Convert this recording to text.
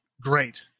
great